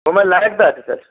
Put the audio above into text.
showman লায়েকদা আছে sir